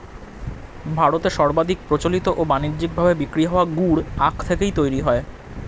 ভারতে সর্বাধিক প্রচলিত ও বানিজ্যিক ভাবে বিক্রি হওয়া গুড় আখ থেকেই তৈরি হয়